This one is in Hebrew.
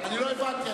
הבנתי.